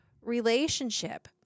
Relationship